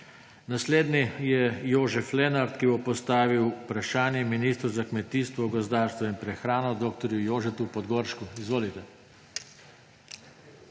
Naslednji je Jožef Lenart, ki bo postavil vprašanje ministru za kmetijstvo, gozdarstvo in prehrano dr. Jožetu Podgoršku. Izvolite.